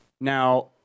Now